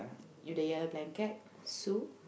in the year blanket Sue